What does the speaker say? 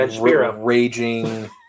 raging